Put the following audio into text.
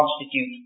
constitute